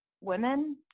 women